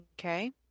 Okay